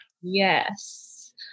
Yes